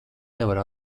nevar